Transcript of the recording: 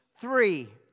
three